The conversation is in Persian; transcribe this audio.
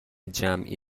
جمعی